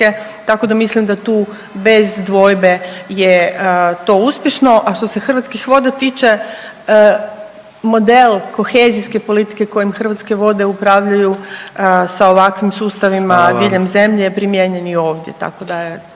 Tako da mislim da tu bez dvojbe je to uspješno, a što se Hrvatskih voda tiče model kohezijske politike kojim Hrvatske vode upravljaju sa ovakvim sustavima diljem zemlje … …/Upadica predsjednik: Hvala